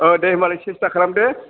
ओ दे होनबालाय सेस्ता खालामदो